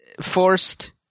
Forced